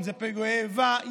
אם אלה פיגועי איבה.